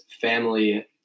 family